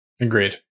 Agreed